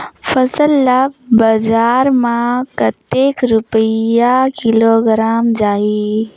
फसल ला बजार मां कतेक रुपिया किलोग्राम जाही?